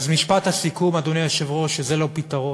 אז משפט הסיכום, אדוני היושב-ראש, שזה לא פתרון,